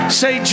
say